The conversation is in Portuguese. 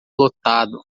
lotado